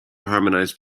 harmonize